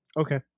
Okay